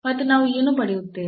ಮತ್ತು ನಾವು ಏನು ಪಡೆಯುತ್ತೇವೆ